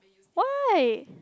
why